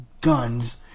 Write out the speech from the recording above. guns